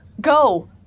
go